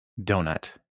donut